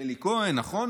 אלי כהן, נכון?